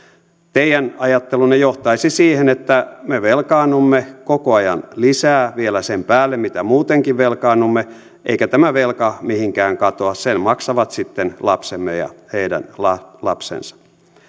teidän ajattelunne johtaisi siihen että me velkaannumme koko ajan lisää vielä sen päälle mitä muutenkin velkaannumme eikä tämä velka mihinkään katoa sen maksavat sitten lapsemme ja heidän lapsensa